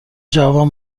جوابم